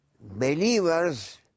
believers